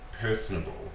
personable